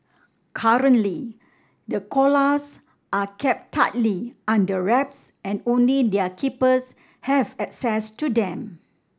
currently the koalas are kept tightly under wraps and only their keepers have access to them